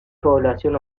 población